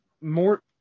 more